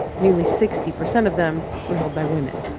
nearly sixty percent of them were held by women.